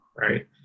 right